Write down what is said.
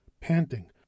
panting